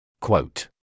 Quote